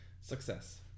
Success